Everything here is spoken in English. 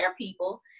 people